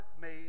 made